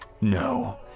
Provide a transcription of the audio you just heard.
No